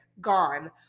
gone